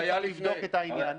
צריך לבדוק את העניין.